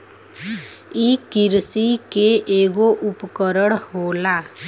इ किरसी के ऐगो उपकरण होला